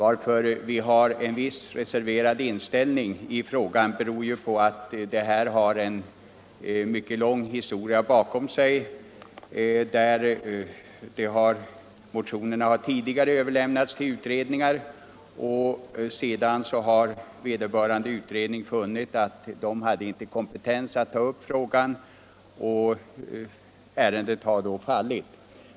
Att vi ändå har en något reserverad inställning beror på att motioner tidigare har överlämnats till utredningar, men sedan har vederbörande utredning funnit att den inte haft kompetens att ta upp saken, och ärendet har då fallit.